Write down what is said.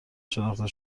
شناخته